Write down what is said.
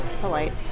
polite